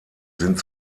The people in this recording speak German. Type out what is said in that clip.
sind